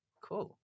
Cool